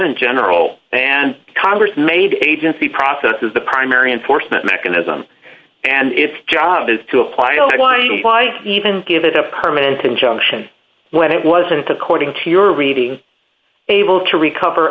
and general and congress made agency process is the primary enforcement mechanism and its job is to apply it why why even give it a permanent injunction when it wasn't according to your reading able to recover